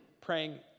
praying